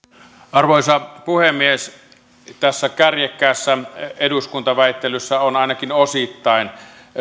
arvoisa puhemies tässä kärjekkäässä eduskuntaväittelyssä on ainakin osittain